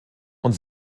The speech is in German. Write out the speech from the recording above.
und